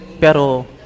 pero